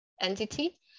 entity